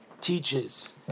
teaches